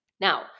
Now